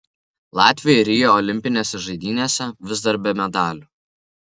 latviai rio olimpinėse žaidynėse vis dar be medalių